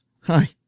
Hi